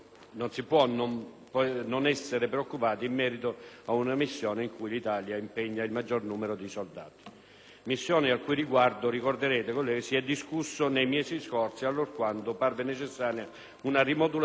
missioni al cui riguardo, lo ricorderete, si è discusso nei mesi scorsi allorquando parve necessaria una rimodulazione dei cosiddetti *caveat*. Ancora, colleghi, ricorderete le forti preoccupazioni manifestate da più parti